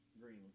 Green